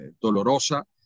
dolorosa